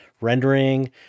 rendering